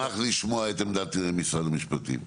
אני אשמח לשמוע את עמדת משרד המשפטים.